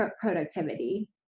productivity